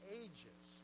ages